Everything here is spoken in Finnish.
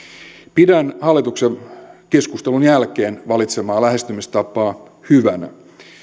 pidän hallituksen keskustelun jälkeen valitsemaa lähestymistapaa hyvänä